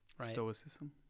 Stoicism